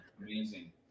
Amazing